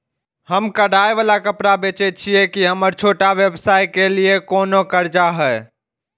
हम कढ़ाई वाला कपड़ा बेचय छिये, की हमर छोटा व्यवसाय के लिये कोनो कर्जा है?